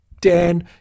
Dan